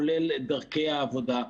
כולל דרכי העבודה,